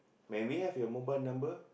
may we have your mobile number